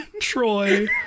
troy